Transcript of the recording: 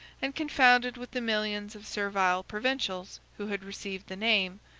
and confounded with the millions of servile provincials, who had received the name,